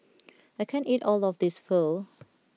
I can't eat all of this Pho